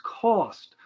cost